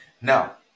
Now